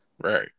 right